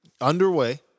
underway